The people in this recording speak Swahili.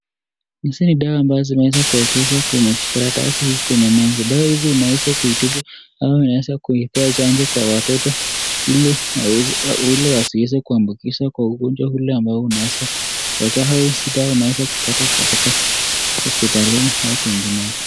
Hizi ni dawa ambazo zimeweza kuwekezwa kwenye karatasi hii kwenye meza . Dawa hii unaweza kuitibu au unaweza kuipea chanjo kwa watoto ili waweze ili wasiweze kuambukiza kwa ugonjwa ule unaweza kutokea au hizi dawa unaweza kupata katika hospitalini au kwingineko.